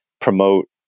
promote